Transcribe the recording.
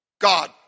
God